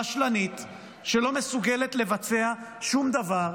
רשלנית, שלא מסוגלת לבצע שום דבר.